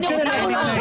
נפל.